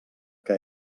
que